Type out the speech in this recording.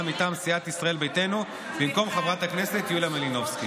מטעם סיעת ישראל ביתנו במקום חברת הכנסת יוליה מלינובסקי.